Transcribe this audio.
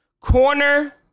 Corner